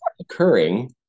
occurring